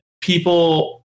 people